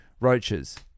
roaches